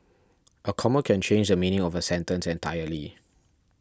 a comma can change the meaning of a sentence entirely